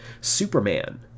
Superman